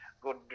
good